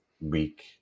week